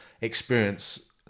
experience